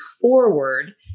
forward